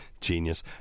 genius